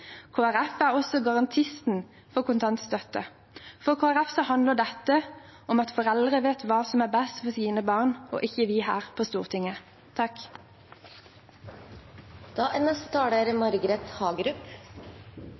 Folkeparti er også garantisten for kontantstøtten. For Kristelig Folkeparti handler dette om at foreldre vet hva som er best for sine barn – ikke vi som er her på Stortinget.